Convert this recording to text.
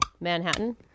Manhattan